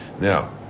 Now